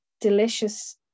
delicious